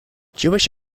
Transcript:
jewish